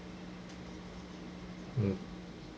mm